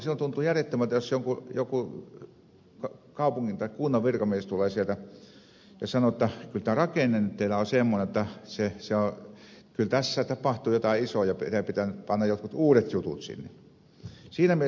silloin tuntuu järjettömältä jos joku kaupungin tai kunnan virkamies tulee ja sanoo jotta kyllä tämä rakenne nyt teillä on semmoinen jotta kyllä tässä tapahtuu jotain isoa ja teidän pitää panna nyt jotkut uudet jutut sinne